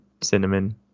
cinnamon